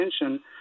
attention